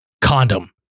Condom